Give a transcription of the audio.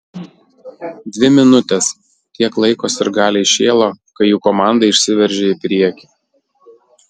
dvi minutes tiek laiko sirgaliai šėlo kai jų komanda išsiveržė į priekį